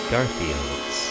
Garfield's